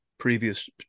previous